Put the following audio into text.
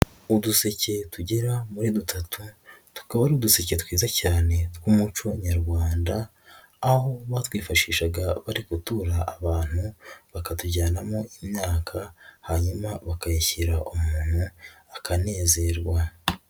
Uduseke tugera muri dutatu, tukaba ariduseke twiza cyane tw'umuco nyarwanda, aho batwifashishaga bari gutura abantu, bakatujyanamo imyaka, hanyuma bakayishyira umuntu akanezerwa.